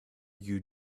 you